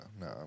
no